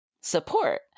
support